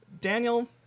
Daniel